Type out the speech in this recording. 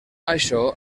això